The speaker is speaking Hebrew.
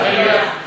מליאה.